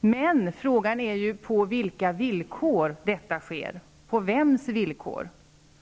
men frågan är på vilka villkor det sker, eller på vems villkor.